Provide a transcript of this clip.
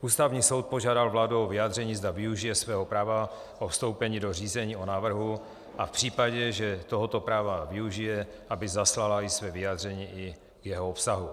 Ústavní soud požádal vládu o vyjádření, zda využije svého práva o vstoupení do řízení o návrhu, a v případě, že tohoto práva využije, aby zaslala i své vyjádření i k jeho obsahu.